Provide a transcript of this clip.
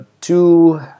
two